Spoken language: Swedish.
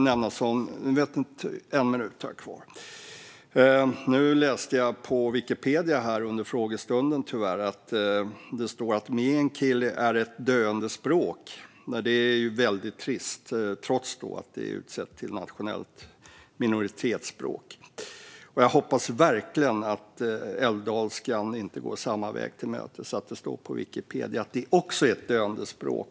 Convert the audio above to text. Under frågestunden läste jag tyvärr på Wikipedia att meänkieli är ett döende språk. Det är ju väldigt trist. Detta trots att det är utsett till nationellt minoritetsspråk. Jag hoppas verkligen att älvdalska inte går samma öde till mötes så att det om några år står på Wikipedia att det också är ett döende språk.